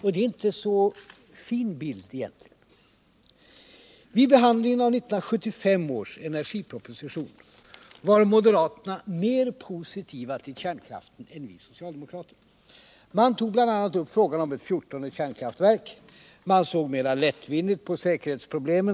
Och det ger inte någon fin bild av honom egentligen. Vid behandlingen av 1975 års energiproposition var moderaterna mer positiva till kärnkraften än vi socialdemokrater. Man tog bl.a. upp frågan om ett fjortonde kärnkraftverk. Man såg mer lättvindigt på säkerhetsproblemen.